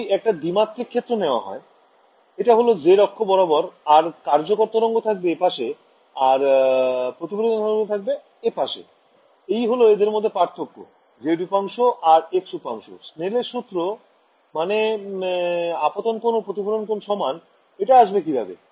যদি একটা দ্বিমাত্রিক ক্ষেত্র নেওয়া হয় এটা হল z অক্ষ বরাবর আর কার্যকর তরঙ্গ থাকবে এপাশে আর প্রতিফলিত থাকবে এপাশে এই হল এদের মধ্যে পার্থক্য z উপাংশ আর x উপাংশ স্নেলের সূত্র মানে আপতন কোণ ও প্রতিফলন কোণ সমান এটা আসবে কিভাবে